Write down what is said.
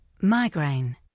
migraine